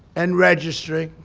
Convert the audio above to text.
and registering